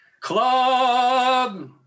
Club